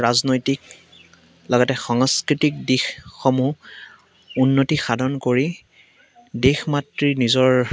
ৰাজনৈতিক লগতে সাংস্কৃতিক দিশসমূহ উন্নতি সাধন কৰি দেশমাতৃৰ নিজৰ